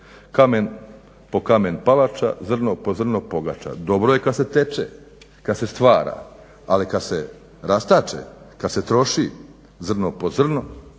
"kamen po kamen palača, zrno po zrno pogača". Dobro je kad se teče, kad se stvara, ali kad se rastačem, kad se troši zrno po zrno